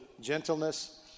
gentleness